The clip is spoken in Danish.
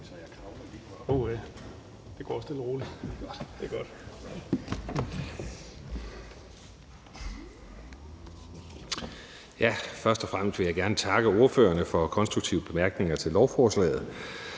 Først og fremmest vil jeg gerne takke ordførerne for konstruktive bemærkninger til lovforslaget.